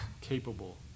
Capable